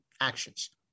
actions